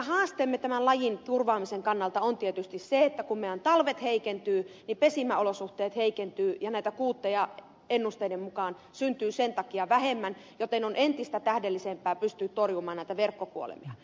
meidän haasteemme tämän lajin turvaamisen kannalta on tietysti se että kun meidän talvet heikentyvät niin pesimäolosuhteet heikentyvät ja näitä kuutteja ennusteiden mukaan syntyy sen takia vähemmän joten on entistä tähdellisempää pystyä torjumaan näitä verkkokuolemia